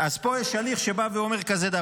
שאומר דבר כזה: